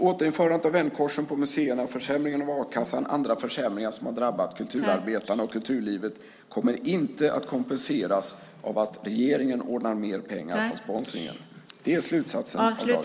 Återinförandet av vändkorsen på museerna, försämringen av a-kassan och andra försämringar som har drabbat kulturarbetarna och kulturlivet kommer inte att kompenseras av att regeringen ordnar mer pengar från sponsringen. Det är slutsatsen av dagens debatt.